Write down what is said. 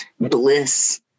bliss